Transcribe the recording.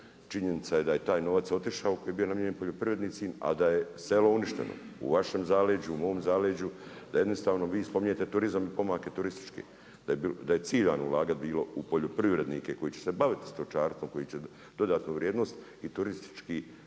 Činjenica je da je taj novac otišao koji je bio namijenjen poljoprivrednicima a da je selo uništeno u vašem zaleđu, u mom zaleđu. Da jednostavno vi spominjete turizam i pomake turističke, da je ciljano bilo ulagati u poljoprivrednike koji će se baviti stočarstvo, koji će dodatnu vrijednost i turistički